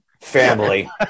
family